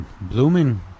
blooming